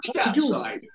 outside